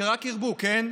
שרק ירבו, כן?